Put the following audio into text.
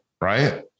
right